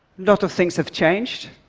lot of things have changed.